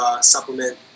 supplement